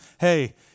hey